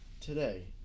today